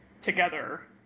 together